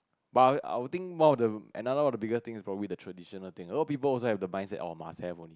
but I would I would think one of the another one of the biggest thing is probably the traditional thing a lot people also have the mindset of must have one